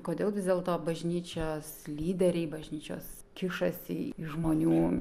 kodėl vis dėlto bažnyčios lyderiai bažnyčios kišasi į žmonių